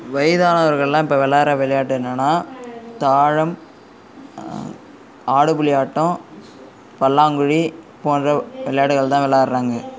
வயதானவர்கள்லாம் இப்போ விளையாடுற விளையாட்டு என்னென்னா தாழம் ஆடுபுலி ஆட்டம் பல்லாங்குழி போன்ற விளையாட்டுகள் தான் விளையாடுறாங்க